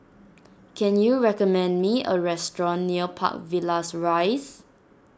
can you recommend me a restaurant near Park Villas Rise